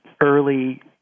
early